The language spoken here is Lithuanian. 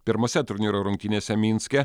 pirmose turnyro rungtynėse minske